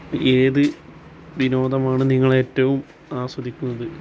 ഏത് വിനോദമാണ് നിങ്ങൾ ഏറ്റവും ആസ്വദിക്കുന്നത്